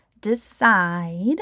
decide